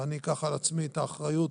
ואני אקח על עצמי את האחריות,